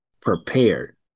prepared